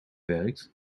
werkt